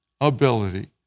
ability